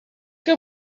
que